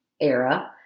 era